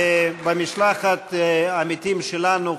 במשלחת עמיתים שלנו,